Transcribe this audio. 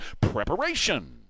preparation